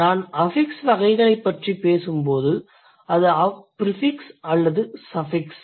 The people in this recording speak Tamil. நான் அஃபிக்ஸ் வகைகளைப் பற்றி பேசும்போது அது பிரிஃபிக்ஸ் அல்லது சஃபிக்ஸ்